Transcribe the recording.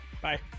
Bye